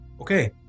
Okay